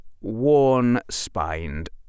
worn-spined